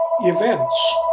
events